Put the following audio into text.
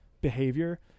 behavior